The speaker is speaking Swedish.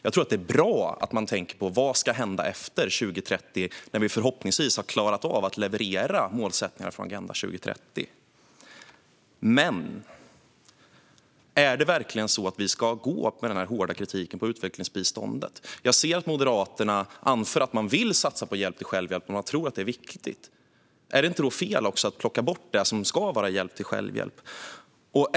Det är bra att tänka på vad som ska hända efter 2030, när vi förhoppningsvis har klarat av att leverera målsättningarna i Agenda 2030. Men ska vi verkligen vara så hårda i vår kritik av utvecklingsbiståndet? Moderaterna anför att de vill satsa på hjälp till självhjälp för att de tror att det är viktigt. Blir det då inte fel att plocka bort det som ska vara hjälp till självhjälp?